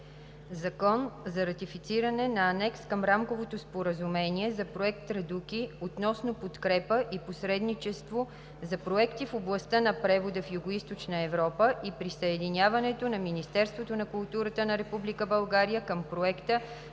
за ратифициране на Анекса към Рамковото споразумение за Проект „Традуки“ относно подкрепа и посредничество за проекти в областта на превода в Югоизточна Европа и присъединяването на Министерството на културата на Република